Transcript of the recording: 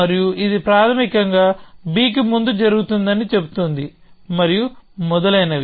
మరియు ఇది ప్రాథమికంగా bకి ముందు జరుగుతుందని చెబుతుంది మరియు మొదలైనవి